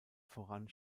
voran